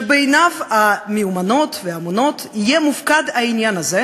שבידיו המיומנות והאמונות יהיה מופקד העניין הזה,